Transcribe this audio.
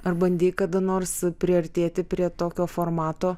ar bandei kada nors priartėti prie tokio formato